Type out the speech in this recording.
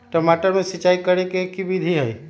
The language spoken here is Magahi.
टमाटर में सिचाई करे के की विधि हई?